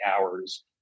hours